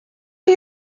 chi